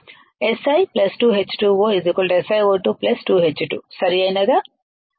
Si 2H2O SiO2 2H2 సరియైనదా